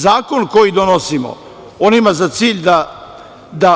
Zakon koji donosimo ima za cilj da